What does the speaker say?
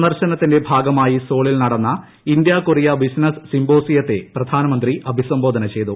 സന്ദർശനത്തിന്റെ ഭാഗമായി സോളിൽ ഇന്ത്യാ കൊറിയ ബിസിനസ് സിംബോസിയത്തെ പ്രധാനമന്ത്രി അഭിസംബോധന ചെയ്യും